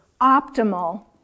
optimal